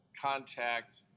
contact